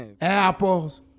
apples